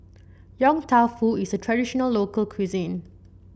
Yong Tau Foo is a traditional local cuisine